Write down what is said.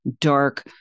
dark